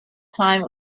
time